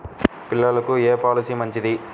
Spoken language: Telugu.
పిల్లలకు ఏ పొలసీ మంచిది?